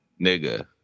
Nigga